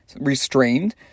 restrained